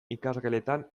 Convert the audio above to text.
ikasgeletan